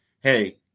Hey